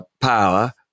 power